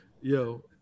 Yo